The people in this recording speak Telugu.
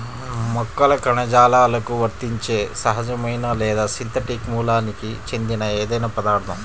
మొక్కల కణజాలాలకు వర్తించే సహజమైన లేదా సింథటిక్ మూలానికి చెందిన ఏదైనా పదార్థం